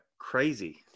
crazy